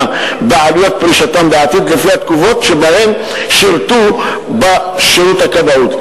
בעלויות פרישתם בעתיד לפי התקופות ששירתו בשירות הכבאות.